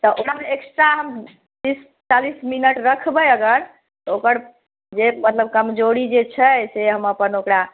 तऽ एक्सट्रा हम तीस चालीस मिनट रखबै अगर तऽ ओकर जे मतलब कमजोरी जे छै से हम अपन ओकरा